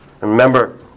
Remember